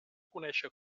conéixer